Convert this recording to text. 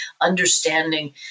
understanding